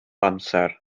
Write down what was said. amser